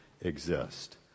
exist